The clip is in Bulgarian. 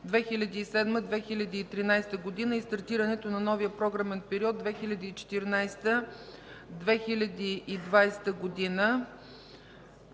2007–2013 г. и стартирането на новия програмен период 2014–2020 г.